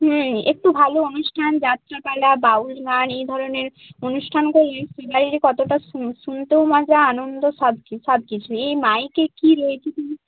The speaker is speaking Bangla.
হুম একটু ভালো অনুষ্ঠান যাত্রাপালা বাউল গান এ ধরনের অনুষ্ঠান করলে বাইরে কতটা শুনতেও মজা আনন্দ সব কিছু এই মাইকে কি রয়েছে কিছু